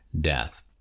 death